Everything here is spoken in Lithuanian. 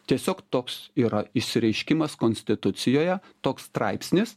tiesiog toks yra išsireiškimas konstitucijoje toks straipsnis